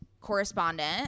correspondent